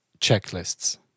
checklists